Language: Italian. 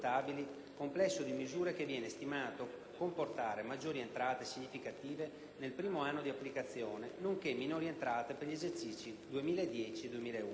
complesso di misure che viene stimato comportare maggiori entrate significative nel primo anno di applicazione, nonché minori entrate per gli esercizi 2010 e 2011,